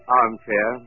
armchair